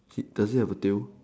does it have a tail